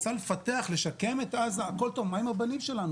רוצה לפתח ולשקם את עזה הכול טוב אבל מה עם הבנים שלנו?